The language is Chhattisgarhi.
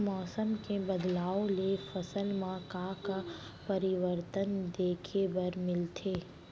मौसम के बदलाव ले फसल मा का का परिवर्तन देखे बर मिलथे?